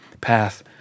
path